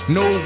no